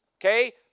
Okay